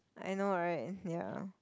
I know right ya